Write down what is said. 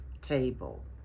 table